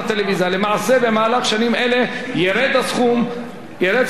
במהלך שנים אלה ירד סכום אגרת הטלוויזיה